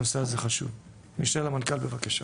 הנושא הזה חשוב, המשנה למנכ"ל בבקשה,